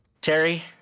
Terry